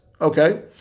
okay